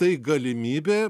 tai galimybė